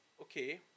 okay